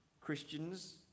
Christians